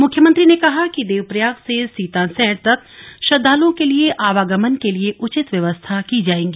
मुख्यमंत्री ने कहा कि देवप्रयाग से सीतासैंण तक श्रद्वालुओं के लिए आवागमन के लिए उचित व्यवस्थाएं की जायेंगी